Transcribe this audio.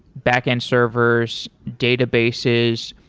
backend servers, databases.